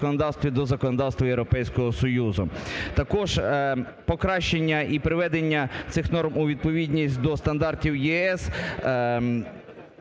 до законодавства Європейського Союзу. Також покращення і приведення цих норм у відповідність до стандартів ЄС